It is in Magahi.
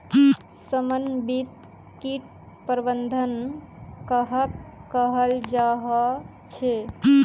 समन्वित किट प्रबंधन कहाक कहाल जाहा झे?